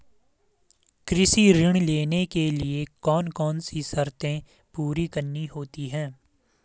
कृषि ऋण लेने के लिए कौन कौन सी शर्तें पूरी करनी होती हैं?